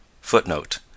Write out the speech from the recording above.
Footnote